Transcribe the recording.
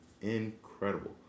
Incredible